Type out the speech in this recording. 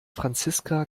franziska